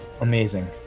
amazing